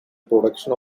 production